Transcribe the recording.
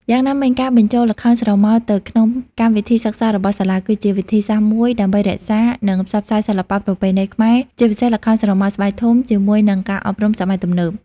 យ៉ាងណាមិញការបញ្ចូល ល្ខោនស្រមោលទៅក្នុងកម្មវិធីសិក្សារបស់សាលា គឺជាវិធីសាស្រ្តមួយដើម្បីរក្សា និងផ្សព្វផ្សាយសិល្បៈប្រពៃណីខ្មែរ ជាពិសេសល្ខោនស្រមោលស្បែកធំ ជាមួយ នឹងការអប់រំសម័យទំនើប។